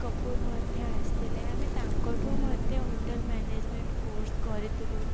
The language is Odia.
କପୁର ମଧ୍ୟ ଆସିଥିଲେ ଆମେ ତାଙ୍କଠୁ ମଧ୍ୟ ହୋଟେଲ୍ ମ୍ୟାନେଜମେଣ୍ଟ୍ କୋର୍ସ୍ କରିଥିଲୁ